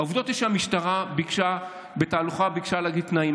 העובדות הן שהמשטרה ביקשה בתהלוכה להגיד תנאים.